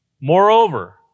Moreover